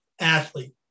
athlete